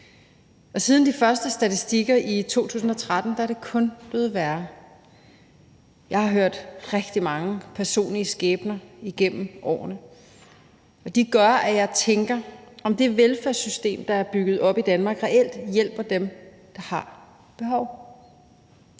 Siden de første statistikker i 2013 er det kun blevet værre. Jeg har hørt om rigtig mange personlige skæbner igennem årene, og de gør, at jeg tænker, om det velfærdssystem, der er bygget op i Danmark, reelt hjælper dem, der har behov.